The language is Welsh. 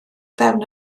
fewn